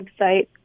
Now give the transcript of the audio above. website